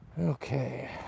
Okay